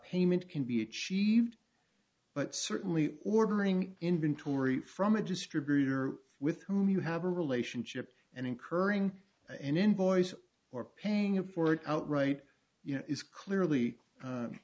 payment can be achieved but certainly ordering inventory from a distributor with whom you have a relationship and incurring an invoice or paying it forward outright is clearly